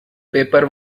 paper